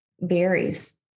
varies